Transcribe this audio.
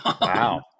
Wow